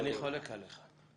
אני חולק עליך.